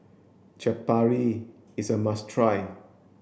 Chaat Papri is a must try